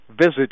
Visit